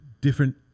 different